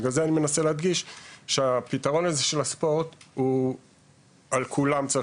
בגלל זה אני מנסה להדגיש שפתרון הספורט הוא צריך להיות על כולם.